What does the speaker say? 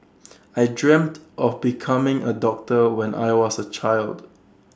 I dreamt of becoming A doctor when I was A child